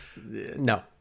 no